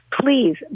Please